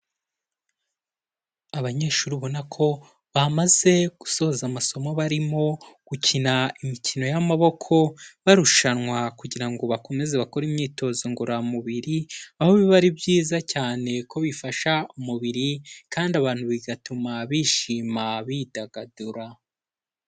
Abanyeshuri ubona ko bamaze gusoza amasomo barimo gukina imikino y'amaboko barushanwa kugira ngo bakomeze bakore imyitozo ngororamubiri, aho biba ari byiza cyane ko bifasha umubiri kandi abantu bigatuma bishima, bidagadura.